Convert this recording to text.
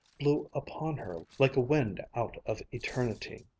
blew upon her like a wind out of eternity.